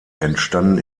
entstanden